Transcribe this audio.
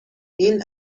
این